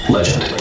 Legend